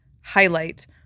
highlight